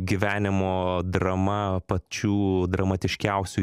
gyvenimo drama pačių dramatiškiausių